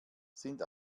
sind